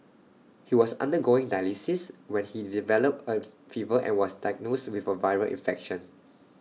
he was undergoing dialysis when he developed as fever and was diagnosed with A viral infection